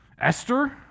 Esther